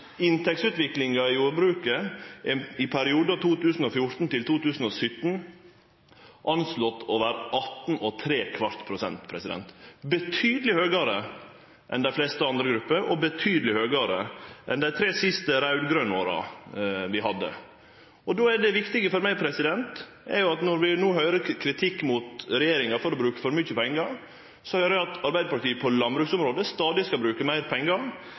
Inntektsutviklinga i jordbruket i perioden 2014–2017 er anslått til å vere 18,75 pst. Det er betydeleg høgare enn dei fleste andre grupper og betydeleg høgare enn i dei tre siste raud-grøne åra. Då er det viktige for meg: Når vi no høyrer kritikk mot regjeringa for å bruke for mykje pengar, høyrer eg at Arbeidarpartiet stadig skal bruke meir pengar